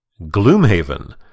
Gloomhaven